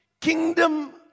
Kingdom